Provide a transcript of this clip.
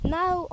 now